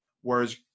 Whereas